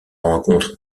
rencontre